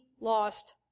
lost